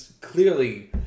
clearly